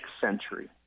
Century